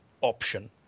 option